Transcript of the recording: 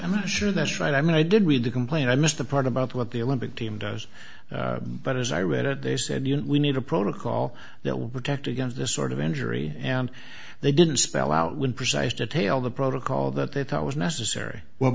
i'm not sure that's right i mean i did read the complaint i missed the part about what the olympic team does but as i read it they said you know we need a protocol that will protect against this sort of injury and they didn't spell out when precise detail the protocol that they thought was necessary w